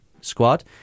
squad